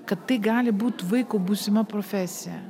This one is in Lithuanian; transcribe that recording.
kad tai gali būt vaiko būsima profesija